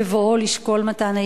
בבואו לשקול מתן היתר?